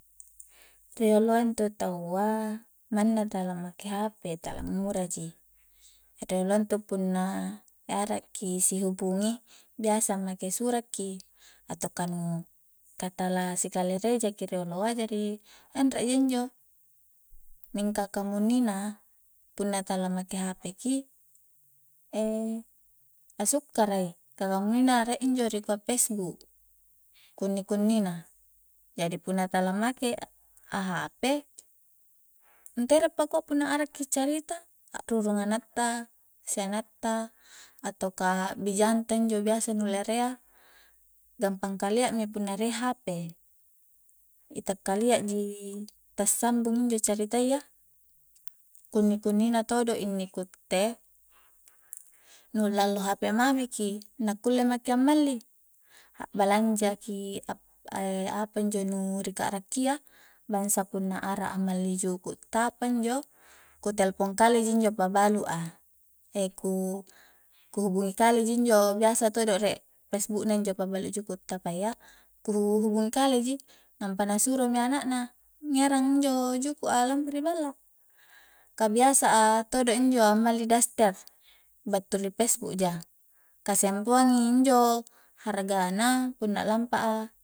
Rioloa intu taua manna tala make hape tala ngura ji, rioloa intu punna arakki si hubungi biasa make sura'ki atau ka nu ka tala sikalerei jaki rioloa jari anre ja injo mingaka kamunnina punna tala make hape ki asukkara i kamunnina rie injo ri kua pesbuk kunni-kunni na jadi apunna tala make a hape ntere pakua punna arakki carita a'rurung anak ta, sianak ta, atau ka bijang tainjo biasa nu lere a gampang kalia mi punna rie hape itak kalia ji ta sambung injo caritayya kinni-kunni na todo inni ku itte nu lallo hape mami ki na kulle maki ammali, a'balanja ki apa injo nu ri ka'rakia bangsa punna ara'a malli juku tapa injo ku telpong kale ji injo pabalu a ku-ku hubungi kale ji injo biasa todo rie pesbuk na injo pabalu' juku' tapa iya ku hubungi kale ji nampa na suro mi anak na ngerang injo juku' a lampa ri balla ka biasa a todo injo malli daster battu ri pesbuk ja, ka sempoang injo harga na punna a'lampa a